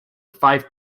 five